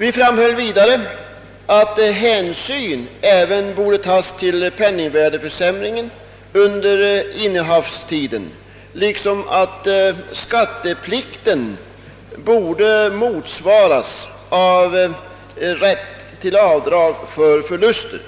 Vi framhöll vidare att hänsyn även borde tas till penningvärdeförsämringen under tiden för innehavet, liksom att skatteplikten borde motsvaras av rätt till avdrag för förluster.